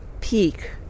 peak